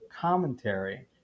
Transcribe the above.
commentary